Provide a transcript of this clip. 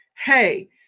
hey